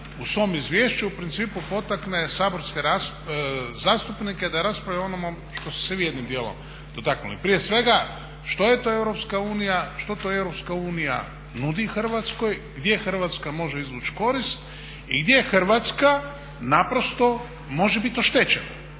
u svom izvješću u principu potakne saborske zastupnike da rasprave o onom što ste se vi jednim dijelom dotaknuli prije svega što je to EU, što to EU nudi Hrvatskoj, gdje Hrvatska može izvući korist i gdje Hrvatska naprosto može bit oštećena.